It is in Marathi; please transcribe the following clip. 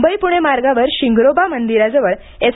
मुंबई पुणे मार्गावर शिंगरोबा मंदिराजवळ एस